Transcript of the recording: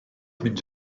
mynd